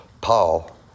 Paul